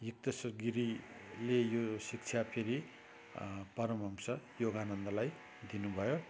युक्तेश्वर गिरीले यो शिक्षा फेरि परमहंस योगानन्दलाई दिनुभयो